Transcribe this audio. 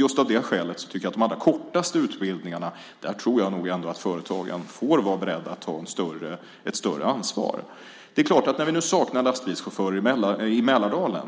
Just av det skälet tror jag nog att företagen får vara beredda att ta ett större ansvar när det gäller de allra kortaste utbildningarna. Nu saknar vi lastbilschaufförer i Mälardalen.